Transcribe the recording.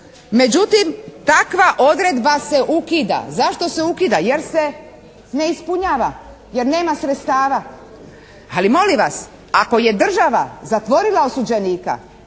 međutim takva odredba se ukida. Zašto se ukida? Jer se ne ispunjava, jer nema sredstava. Ali molim vas, ako je država zatvorila osuđenika